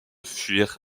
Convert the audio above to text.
fuir